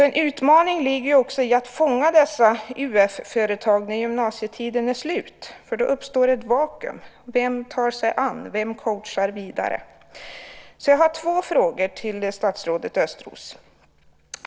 En utmaning ligger också i att fånga upp dessa UF-företag när gymnasietiden är slut, för då uppstår det ett vakuum. Vem tar sig an? Vem coachar vidare? Jag har två frågor till statsrådet Östros.